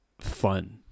fun